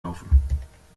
laufen